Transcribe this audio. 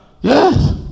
yes